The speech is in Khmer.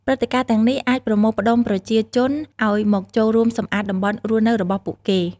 ព្រឹត្តិការណ៍ទាំងនេះ អាចប្រមូលផ្តុំប្រជាជនឲ្យមកចូលរួមសម្អាតតំបន់រស់នៅរបស់ពួកគេ។